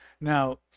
now